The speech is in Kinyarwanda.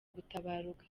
gutabaruka